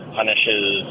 punishes